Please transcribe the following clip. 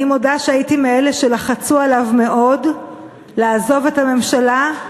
אני מודה שהייתי מאלה שלחצו עליו מאוד לעזוב את הממשלה,